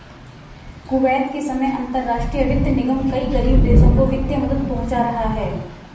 Kuwait के समय अंतरराष्ट्रीय वित्त निगम कई गरीब देशों को वित्तीय मदद पहुंचा रहा है